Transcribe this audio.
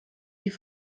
die